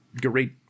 great